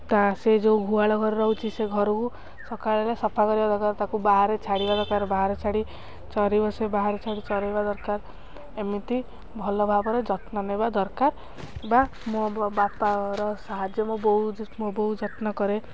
ତା ସେ ଯେଉଁ ଗୁହାଳ ଘର ରହୁଛି ସେ ଘରକୁ ସକାଳେ ସଫା କରିବା ଦରକାର ତାକୁ ବାହାରେ ଛାଡ଼ିବା ଦରକାର ବାହାରେ ଛାଡ଼ି ଚରିବ ସେ ବାହାରେ ଛାଡ଼ି ଚରାଇବା ଦରକାର ଏମିତି ଭଲ ଭାବରେ ଯତ୍ନ ନେବା ଦରକାର ବା ମୋ ବାପାର ସାହାଯ୍ୟ ମୋ ବୋଉ ମୋ ବୋଉ ଯତ୍ନ କରେ